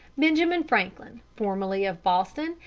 benjamin franklin, formerly of boston,